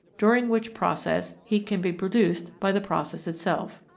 during which process heat can be produced by the process itself.